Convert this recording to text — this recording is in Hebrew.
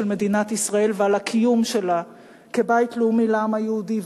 מדינת ישראל ועל הקיום שלה כבית לאומי לעם היהודי,